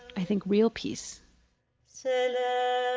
i think, real peace so yeah